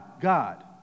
God